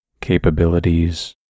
capabilities